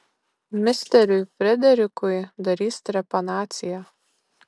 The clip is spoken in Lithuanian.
misteriui frederikui darys trepanaciją